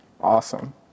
Awesome